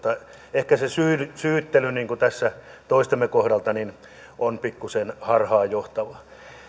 ehkä se syyttely tässä toistemme kohdalta on pikkuisen harhaanjohtavaa